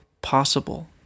possible